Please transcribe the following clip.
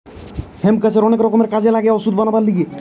hemp গাছের অনেক রকমের কাজে লাগে ওষুধ বানাবার লিগে